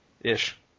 Ish